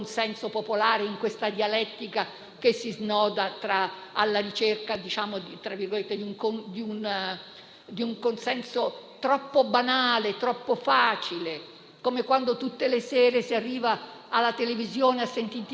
caso aumentano, è sempre colpa della gente che sta per strada, o senza mascherina o semplicemente in una relazione troppo stretta. Non ci viene però mai detto perché siamo il Paese in cui in Europa si muore di più: